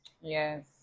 yes